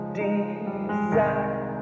desire